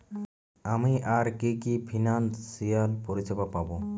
আমি আর কি কি ফিনান্সসিয়াল পরিষেবা পাব?